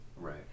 right